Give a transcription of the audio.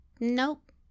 Nope